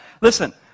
Listen